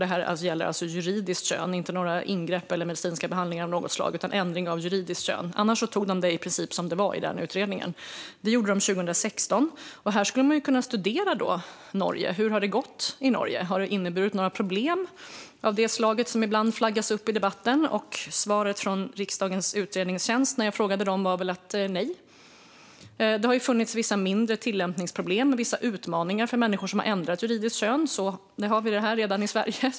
Det gäller alltså ändring av juridiskt kön, inte några ingrepp eller medicinska behandlingar av något slag. Annars antog man förslaget i princip som det såg ut i utredningen. Det gjorde man 2016. Här skulle vi kunna studera Norge. Hur har det gått i Norge? Har det inneburit några problem av det slag som ibland flaggas upp i debatten? Svaret från riksdagens utredningstjänst när jag frågade den var: Nej. Det har funnits vissa mindre tillämpningsproblem och vissa utmaningar för människor som har ändrat juridiskt kön. Det har vi redan här i Sverige.